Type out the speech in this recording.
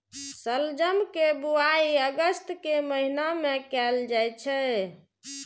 शलजम के बुआइ अगस्त के महीना मे कैल जाइ छै